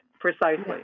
precisely